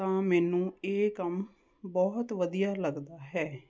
ਤਾਂ ਮੈਨੂੰ ਇਹ ਕੰਮ ਬਹੁਤ ਵਧੀਆ ਲੱਗਦਾ ਹੈ